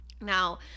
Now